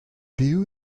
piv